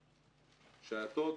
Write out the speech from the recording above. שייטות,